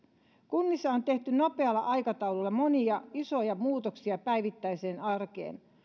kunnissa on tehty nopealla aikataululla monia isoja muutoksia päivittäiseen arkeen